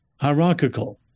hierarchical